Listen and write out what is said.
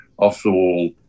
off-the-wall